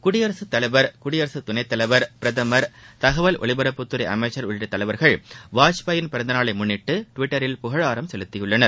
குடியரகத்தலைவர் குடியரகத்துணைத்தலைவர் பிரதமர் தகவல் ஒலிபரப்புத்துறை அமைச்சர் உள்ளிட்ட தலைவர்கள் வாஜ்பேயின் பிறந்த நாளை முன்னிட்டு டிவிட்டரில் புகழாரம் செலுத்தியுள்ளனர்